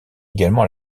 également